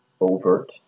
overt